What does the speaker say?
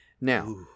Now